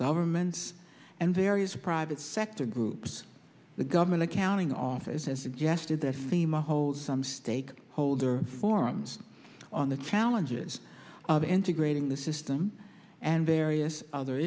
governments and various private sector groups the government accounting office as suggested the theme or hold some stake holder forums on the challenges of integrating the system and various other